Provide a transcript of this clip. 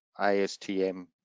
ASTM